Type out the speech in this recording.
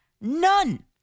None